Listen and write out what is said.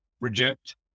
reject